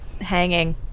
Hanging